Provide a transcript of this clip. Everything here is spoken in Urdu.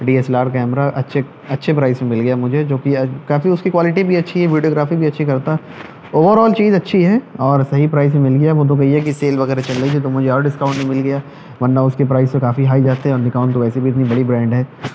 D S L R camera اچھے اچھے پرائس میں مل گئے مجھے جوکہ کافی اس کی کوالٹی بھی اچھی ویڈیوگرافی بھی اچھی کرتا اوورآل چیز اچھی ہے اور صحیح پرائس میں مل گیا وہ تو بھیا کی سیل وغیرہ چل رہی تھی تو مجھے اور ڈسکاؤنٹ مل گیا ورنہ اس کی پرائس تو کافی ہائی جاتے ہیں نکان ویسے بھی اتنی بڑی برانڈ ہے